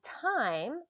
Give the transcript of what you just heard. time